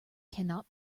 cannot